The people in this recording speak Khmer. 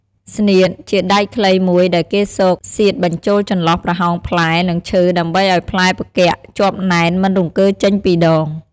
ស្នៀត ជាដែកខ្លីមួយដែលគេស៊កសៀតបញ្ចូលចន្លោះប្រហោងផ្លែ និងឈើ ដើម្បីឲ្យផ្លែផ្គាក់ជាប់ណែនមិនរង្គើចេញពីដង ។